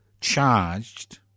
charged